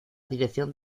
dirección